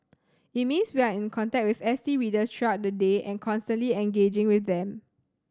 it means we are in contact with S T readers throughout the day and constantly engaging with them